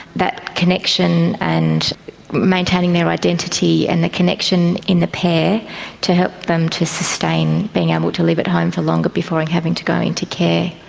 that connection and maintaining their identity and the connection in the pair to help them to sustain being able to live at home for longer before and having to go into care.